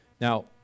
Now